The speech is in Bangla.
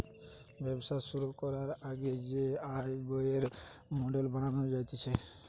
ব্যবসা শুরু করবার আগে যে আয় ব্যয়ের মডেল বানানো হতিছে